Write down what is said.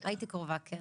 הייתי קרובה, כן.